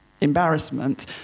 embarrassment